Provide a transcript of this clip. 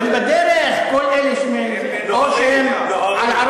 לא, הם בדרך, כל אלה, נוהרים, נוהרים.